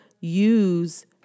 use